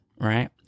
right